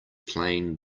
playing